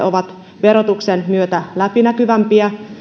ovat verotuksen myötä läpinäkyvämpiä